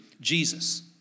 Jesus